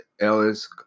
Ellis